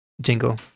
jingle